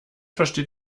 versteht